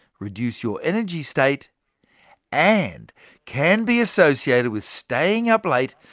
reduce your energy state and can be associated with staying up late,